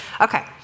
okay